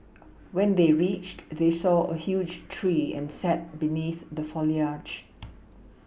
when they reached they saw a huge tree and sat beneath the foliage